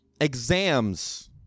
Exams